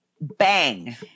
Bang